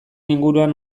inguruan